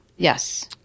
Yes